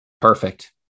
Perfect